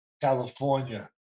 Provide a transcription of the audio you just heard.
California